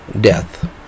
death